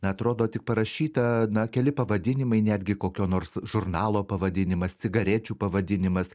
na atrodo tik parašyta na keli pavadinimai netgi kokio nors žurnalo pavadinimas cigarečių pavadinimas